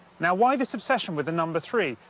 now why this obsession with the number three?